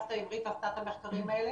האוניברסיטה העברית עשתה את המחקרים האלה